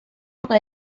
اقا